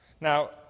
Now